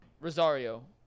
Rosario